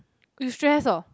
you stress oh